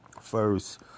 first